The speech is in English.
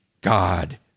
God